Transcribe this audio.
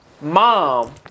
mom